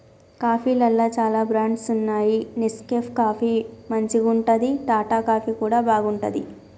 కాఫీలల్ల చాల బ్రాండ్స్ వున్నాయి నెస్కేఫ్ కాఫీ మంచిగుంటది, టాటా కాఫీ కూడా బాగుంటది